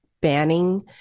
banning